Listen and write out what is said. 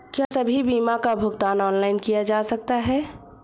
क्या सभी बीमा का भुगतान ऑनलाइन किया जा सकता है?